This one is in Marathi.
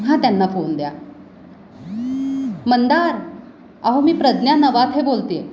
हां त्यांना फोन द्या मंदार अहो मी प्रज्ञा नवाथे हे बोलते आहे